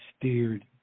steered